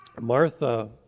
Martha